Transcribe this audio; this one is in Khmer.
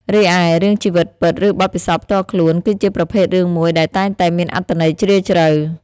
រីឯ រឿងជីវិតពិត ឬបទពិសោធន៍ផ្ទាល់ខ្លួន គឺជាប្រភេទរឿងមួយដែលតែងតែមានអត្ថន័យជ្រាលជ្រៅ។